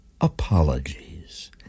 apologies